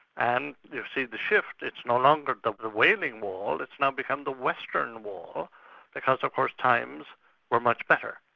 and you'll see the shift, it's no longer the wailing wall, it's now become the western wall because of course times were much better.